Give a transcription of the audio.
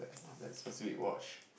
that specific watch